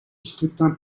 scrutin